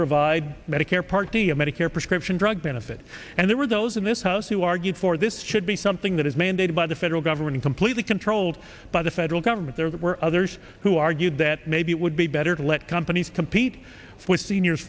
provide medicare part d of medicare prescription drug benefit and there were those in this house who argued for this should be something that is mandated by the federal government completely controlled by the federal government there were others who argued that maybe it would be better to let companies compete for seniors